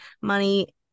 money